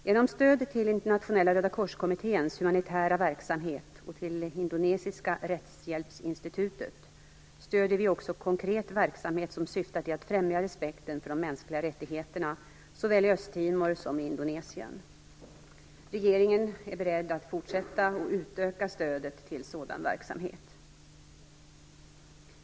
Genom stöd till Internationella Rödakorskommitténs humanitära verksamhet och till Indonesiska rättshjälpsinstitutet stöder vi också konkret verksamhet som syftar till att främja respekten för de mänskliga rättigheterna såväl i Östtimor som i Indonesien. Regeringen är beredd att fortsätta att utöka stödet till sådan verksamhet.